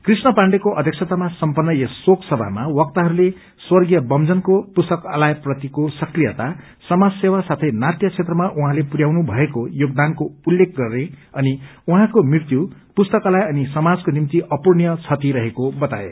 कृष्ण पाण्डेको अध्यक्षतामा सम्पन्न यस शोक सभामा वक्ताहरूले स्वर्गीय बम्जनको पुस्तकालयप्रतिको सक्रियता समाज सेवा साथै नाटय क्षेत्रामा उहाँले पुरयाउनु भएको योगदानको उलेख गरे अनि उहाँको मृत्यु पुस्तकालय अनि समाजको निम्ति अपूरणीय क्षति रहेको बताए